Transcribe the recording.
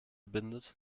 bindet